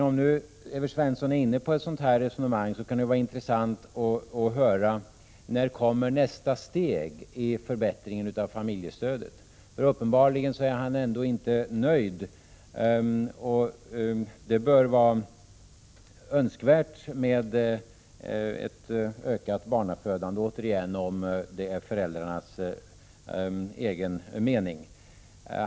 Om nu Evert Svensson är inne på ett sådant här resonemang kan det vara intressant att höra när nästa steg i förbättringen av familjestödet kommer. Uppenbarligen är han ändå inte nöjd. Det vore återigen önskvärt med ett ökat barnafödande, om det är föräldrarnas egen mening.